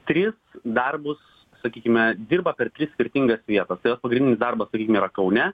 tris darbus sakykime dirba per tris skirtingas vietas tai jos pagrindinis darbas sakykim yra kaune